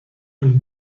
when